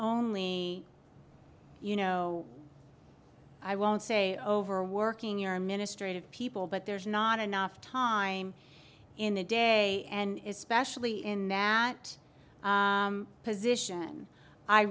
only you know i won't say over working your ministry to people but there's not enough time in the day and especially in that position i